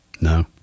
No